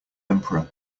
emperor